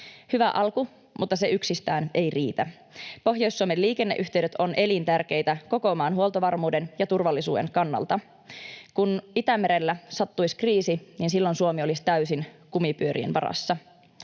Hyvä alku, mutta se yksistään ei riitä. Pohjois-Suomen liikenneyhteydet ovat elintärkeitä koko maan huoltovarmuuden ja turvallisuuden kannalta. Jos Itämerellä sattuisi kriisi, niin silloin Suomi olisi täysin kumipyörien varassa.